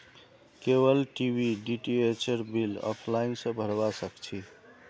cable TV डीटीएचेर bill offline स भरवा सक छी